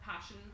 passion